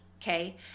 Okay